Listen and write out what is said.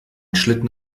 schlitten